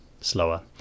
slower